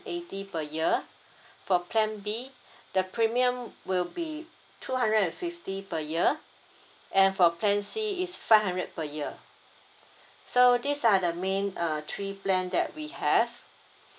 eighty per year for plan B the premium will be two hundred and fifty per year and for plan C is five hundred per year so these are the main uh three plan that we have